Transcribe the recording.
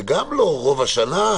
זה גם לא רוב השנה.